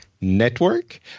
network